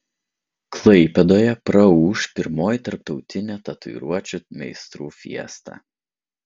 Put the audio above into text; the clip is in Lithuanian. klaipėdoje praūš pirmoji tarptautinė tatuiruočių meistrų fiesta